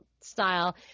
style